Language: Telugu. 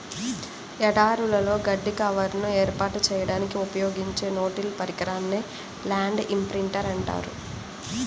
ఎడారులలో గడ్డి కవర్ను ఏర్పాటు చేయడానికి ఉపయోగించే నో టిల్ పరికరాన్నే ల్యాండ్ ఇంప్రింటర్ అంటారు